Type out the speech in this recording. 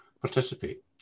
Participate